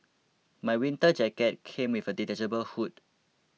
my winter jacket came with a detachable hood